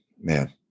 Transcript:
man